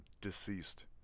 Deceased